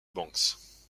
banks